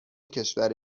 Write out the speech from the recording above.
کشور